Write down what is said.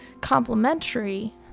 complementary